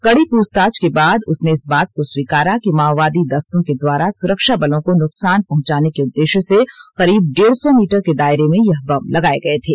कड़ी प्रछताछ के बाद उसने इस बात को स्वीकारा कि माओवादी दस्तों के द्वारा सुरक्षाबलों को नुकसान पहुंचाने के उद्देश्य से करीब डेढ़ सौ मीटर के दायरे में यह बम लगाए गए थे